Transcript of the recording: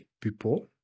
people